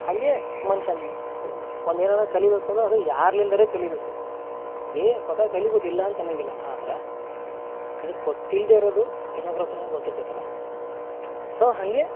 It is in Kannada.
ಹಾಗೇ ಮನುಷ್ಯನೂ ಒಂದು ಏನಾರ ಕಲಿಯಬೇಕು ಅಂದ್ರೆ ಅದು ಯಾರ್ಲಿಂದರೆ ಕಲಿಯಬೇಕು ನೀ ಸ್ವತಃ ಕಲಿಬೋದು ಇಲ್ಲಾಂತ್ ಅನ್ನಂಗಿಲ್ಲ ಆದ್ರ ನಿನಗೆ ಗೊತ್ತಿಲ್ದೇ ಇರೋದು ಇನ್ನೊಬ್ರ ಹತ್ರನು ಗೊತ್ತಿರ್ತೈತಲ್ಲಾ ಸೋ ಹಾಗೆ